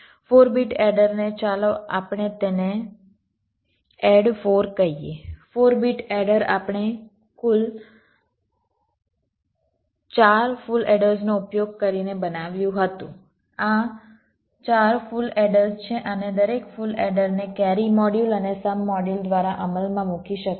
4 bit એડરને ચાલો આપણે તેને એડ 4 કહીએ 4 બીટ એડર આપણે 4 ફુલ એડર્સનો ઉપયોગ કરીને બનાવ્યું હતું આ 4 ફુલ એડર્સ છે અને દરેક ફુલ એડરને કેરી મોડ્યુલ અને સમ મોડ્યુલ દ્વારા અમલમાં મૂકી શકાય છે